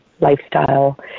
lifestyle